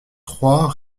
trois